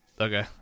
Okay